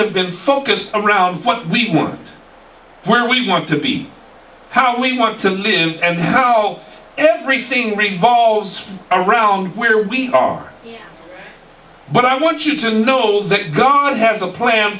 of been focused around what we want where we want to be how we want to live and how everything revolves around where we are but i want you to know that god has a plan